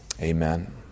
Amen